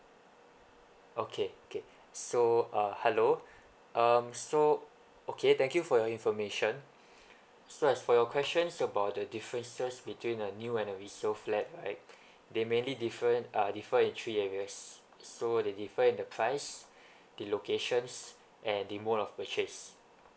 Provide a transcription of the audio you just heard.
okay okay so uh hello um so okay thank you for your information so as for your questions about the differences between a new and a resale flat right they mainly different uh differ in three areas so they differ in the price the locations and the mode of purchase